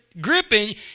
gripping